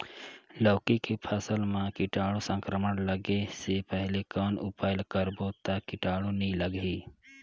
लौकी के फसल मां कीटाणु संक्रमण लगे से पहले कौन उपाय करबो ता कीटाणु नी लगही?